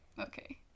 Okay